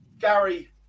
Gary